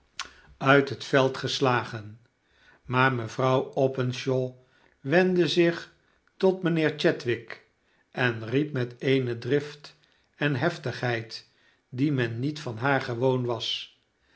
uit het veld gestagen maar mevrouw openshaw wendde zich tot mjjnheer chadwick en riep met eene drift en heftigheid die men niet van haar gewoon was